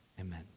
Amen